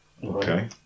Okay